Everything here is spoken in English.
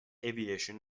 aviation